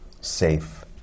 safe